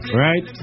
right